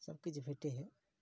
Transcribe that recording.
सबकिछु भेटै हइ